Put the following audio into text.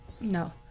No